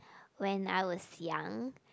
when I was young